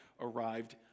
arrived